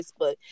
Facebook